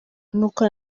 n’uko